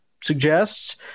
suggests